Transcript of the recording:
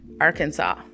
Arkansas